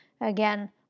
Again